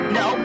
no